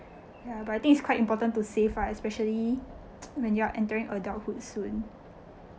ya but I think its quite important to save uh especially when you are entering adulthood soon